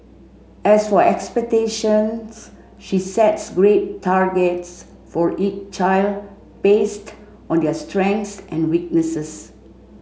as for expectations she sets grade targets for each child based on their strengths and weaknesses